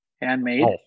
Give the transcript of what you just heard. handmade